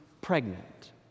pregnant